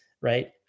right